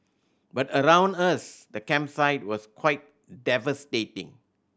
but around us the campsite was quite devastating